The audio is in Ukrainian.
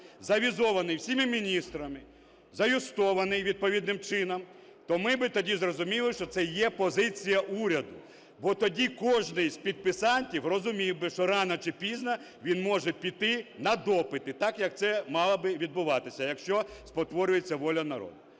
завізований всіма міністрами, заюстований відповідним чином, то ми би тоді зрозуміли, що це є позиція уряду, бо тоді кожний з підписантів розумів би, що рано чи пізно він може піти на допити, так, як це мало би відбуватися, якщо спотворюється воля народу.